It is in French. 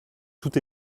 tout